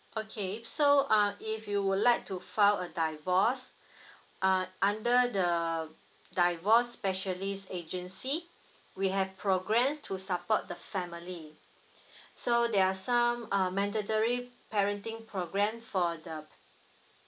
okay so uh if you would like to file a divorce uh under the divorce specialist agency we have programmes to support the family so there are some uh mandatory parenting programme for the